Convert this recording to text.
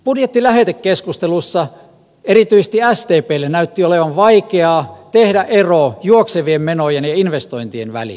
budjetin lähetekeskustelussa erityisesti sdplle näytti olevan vaikeaa tehdä ero juoksevien menojen ja investointien välillä